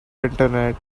internet